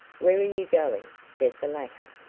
where are you going? said the latter.